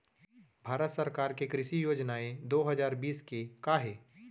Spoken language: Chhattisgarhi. भारत सरकार के कृषि योजनाएं दो हजार बीस के का हे?